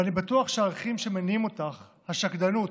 ואני בטוח שהערכים שמניעים אותך, השקדנות,